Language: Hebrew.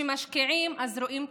כשמשקיעים אז רואים תוצאות,